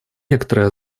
некоторые